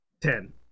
ten